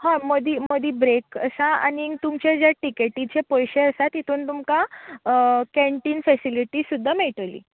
हय मदीं मदीं ब्रॅक आसा आनीक तुमचे जे टिकॅटीचे पयशे आसा तेतून तुमका कॅण्टीन फॅसिलिटी सुद्दां मेयटली